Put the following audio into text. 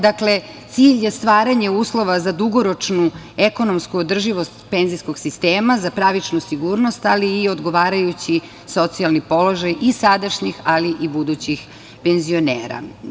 Dakle, cilj je stvaranje uslova za dugoročnu ekonomsku održivost penzijskog sistema, za pravičnu sigurnost, ali i odgovarajući socijalni položaj i sadašnjih i budućih penzionera.